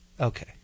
Okay